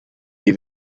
les